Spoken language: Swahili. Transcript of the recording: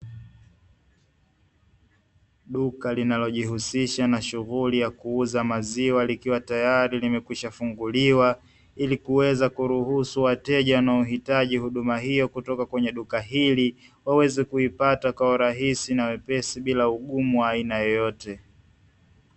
Duka linalojihusisha na shughuli ya kuuza maziwa, likiwa tayari limeshafunguliwa ili kuweza kuruhusu wateja wanaohitaji huduma hiyo kutoka kwenye duka hili, waweze kuipata kwa urahisi na wepesi bila ugumu wa aina yeyote.